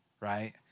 Right